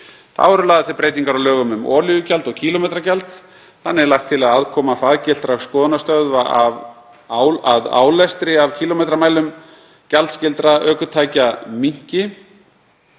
Þá eru lagðar til breytingar á lögum um olíugjald og kílómetragjald. Þannig er lagt til að aðkoma faggiltra skoðunarstöðva að álestri af kílómetramælum gjaldskyldra ökutækja minnki